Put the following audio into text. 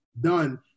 done